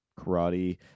karate